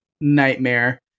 nightmare